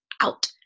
out